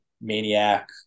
Maniac